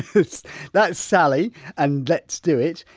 that's that's sally and let's do it.